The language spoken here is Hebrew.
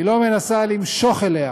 היא לא מנסה למשוך אליה